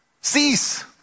Cease